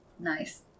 Nice